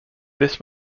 this